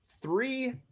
three